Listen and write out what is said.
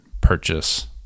purchase